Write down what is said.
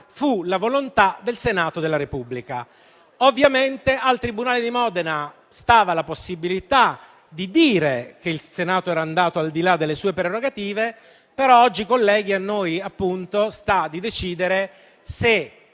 è la volontà del Senato della Repubblica. Ovviamente il tribunale di Modena aveva la possibilità di dire che il Senato era andato al di là delle sue prerogative, ma spetta a noi, oggi, decidere se